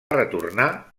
retornar